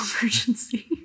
emergency